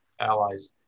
allies